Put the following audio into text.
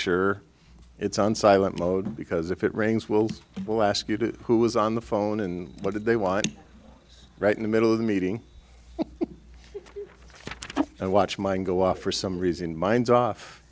sure it's on silent mode because if it rains will we'll ask you to who was on the phone and what did they want right in the middle of the meeting and watch mine go off for some reason mines off